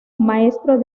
maestro